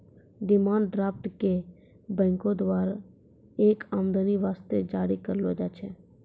demand draft क बैंको द्वारा एक आदमी वास्ते जारी करलो जाय छै